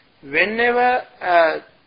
whenever